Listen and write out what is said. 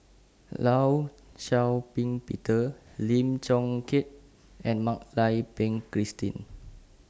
law Shau Ping Peter Lim Chong Keat and Mak Lai Peng Christine